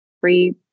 free